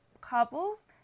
couples